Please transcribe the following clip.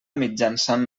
mitjançant